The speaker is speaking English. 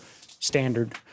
standard